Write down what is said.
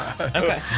Okay